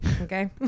Okay